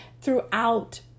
throughout